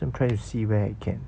let me try to see where I can